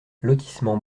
lotissement